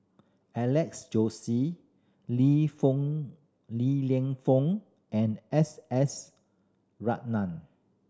Alex Josey Li Li Lienfung and S S Ratnam